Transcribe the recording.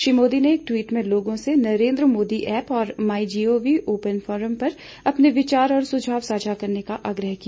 श्री मोदी ने एक ट्वीट में लोगों से नरेन्द्र मोदी ऐप और my G O V open forum पर अपने विचार और सुझाव साझा करने का आग्रह किया